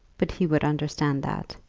but he would understand that.